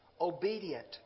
obedient